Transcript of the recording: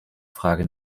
frage